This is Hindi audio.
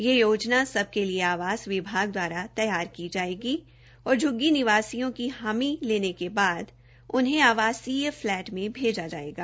यह योजना सबके लिए आवास विभाग द्वारा तैयार की जायेगी और झ्ग्गी निवासियों की हामी लेने के बाद उन्हें आवासीय फ्लैट में भेजा जायेगा